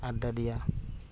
আদ্দা দিয়া